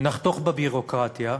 נחתוך בביורוקרטיה,